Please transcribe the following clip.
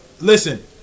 listen